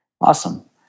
Awesome